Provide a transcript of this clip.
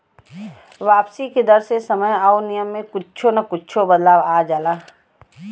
वापसी के दर मे समय आउर नियम में कुच्छो न कुच्छो बदलाव आ जाला